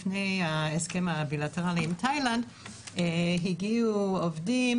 לפני ההסכם הבילטרלי עם תאילנד הגיעו עובדים